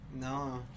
No